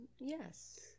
Yes